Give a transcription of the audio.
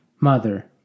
Mother